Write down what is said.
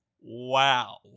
Wow